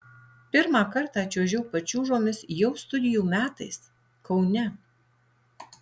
pirmą kartą čiuožiau pačiūžomis jau studijų metais kaune